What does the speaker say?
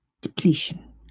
depletion